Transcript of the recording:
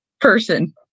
person